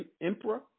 emperor